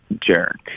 jerk